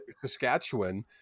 Saskatchewan